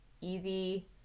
easy